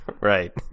Right